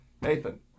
Nathan